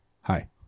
Hi